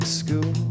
school